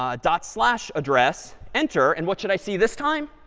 ah dot slash address, enter. and what should i see this time?